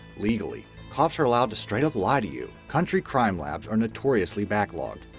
legally, cops are allowed to straight up lie to you. country crime labs are notoriously backlogged,